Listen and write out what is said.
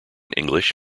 english